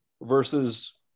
versus